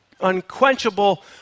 unquenchable